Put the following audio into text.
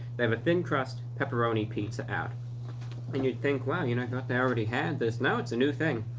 they have a thin crust pepperoni pizza out and you'd think well, you know, i thought they already had this? no. it's a new thing.